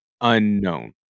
unknown